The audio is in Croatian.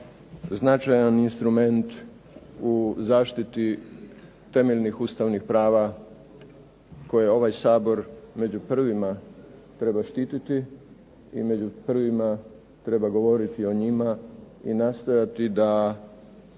značajan instrument u zaštiti temeljnih ustavnih prava koje ovaj Sabor među prvima treba štititi i među prvima treba govoriti o njima i nastojati da